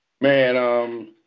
Man